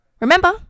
Remember